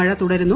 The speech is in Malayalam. മഴ തുടരുന്നു